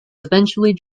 eventually